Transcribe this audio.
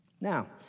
Now